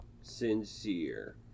sincere